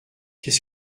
qu’est